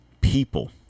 people